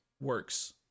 works